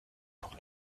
pour